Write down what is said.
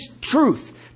truth